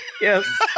yes